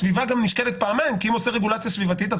הסביבה גם נשקלת פעמיים כי אם אתה עושה רגולציה סביבתית אז